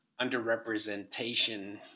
underrepresentation